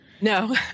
No